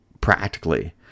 practically